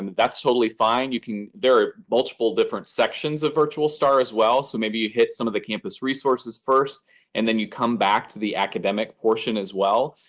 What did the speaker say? and that's totally fine. you can there are multiple different sections of virtual star as well, so maybe you hit some of the campus resources first and then you come back to the academic portion as well.